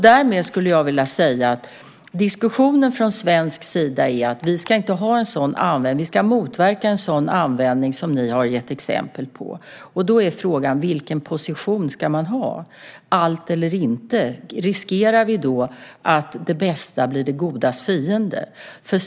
Därmed skulle jag vilja säga så här: Diskussionen från svensk sida är att vi ska motverka en sådan användning som ni har gett exempel på. Då är frågan vilken position man ska ha. Om det är allt eller inget riskerar vi att det bästa blir det godas fiende.